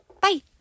Bye